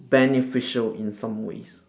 beneficial in some ways